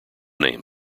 name